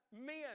men